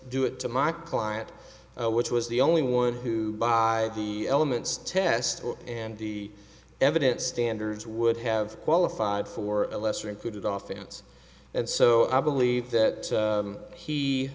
it to my client which was the only one who by the elements test and the evidence standards would have qualified for a lesser included oftens and so i believe that